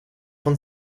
von